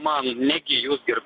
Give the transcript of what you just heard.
man negi jūs ir